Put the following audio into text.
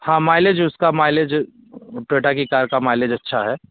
हाँ माइलेज उसका mileage Toyota की कार का माइलेज अच्छा है